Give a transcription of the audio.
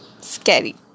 scary